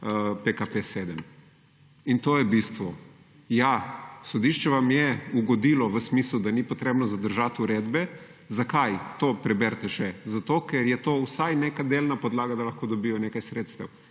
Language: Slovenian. PKP 7 in to je bistvo. Ja, sodišča vam je ugodilo v smislu, da ni potrebno zadržati uredbe. Zakaj? To preberite še. Zato ker je to vsaj neka delna podlaga, da lahko dobijo nekaj sredstev